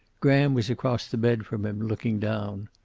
graham was across the bed from him, looking down.